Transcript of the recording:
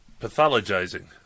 pathologizing